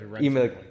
email